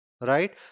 Right